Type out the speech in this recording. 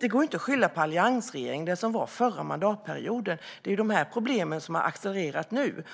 Det går inte att skylla på alliansregeringen som ju regerade under förra mandatperioden. Problemen har accelererat nu.